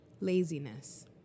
laziness